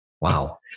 Wow